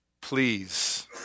Please